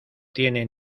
tiene